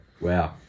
Wow